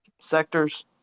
sectors